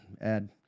add